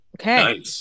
Okay